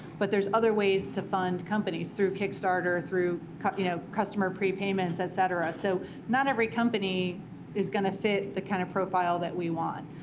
but there's other ways to fund companies, through kickstarter, through you know customer prepayments, et cetera. so not every company is going to fit the kind of profile that we want.